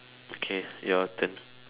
okay your turn